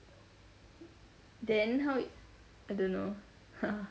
then how I don't know